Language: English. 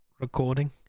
recording